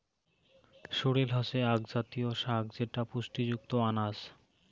sorrel হসে আক জাতীয় শাক যেটা পুষ্টিযুক্ত আনাজ